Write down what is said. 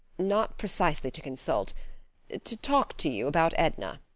not precisely to consult to talk to you about edna.